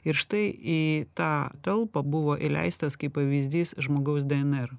ir štai į tą talpą buvo įleistas kaip pavyzdys žmogaus dnr